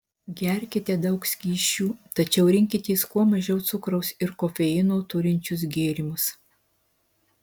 gerkite daug skysčių tačiau rinkitės kuo mažiau cukraus ir kofeino turinčius gėrimus